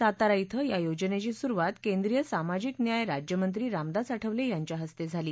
सातारा िं या योजनेची सुरुवात केद्रीय सामाजिक न्याय राज्यमंत्री रामदास आठवले यांच्या हस्ते झाली